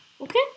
Okay